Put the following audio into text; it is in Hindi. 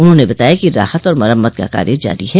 उन्होंने बताया कि राहत और मरम्मत का कार्य जारी है